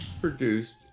produced